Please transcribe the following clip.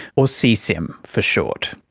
or seasim for short.